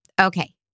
Okay